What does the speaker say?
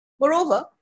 Moreover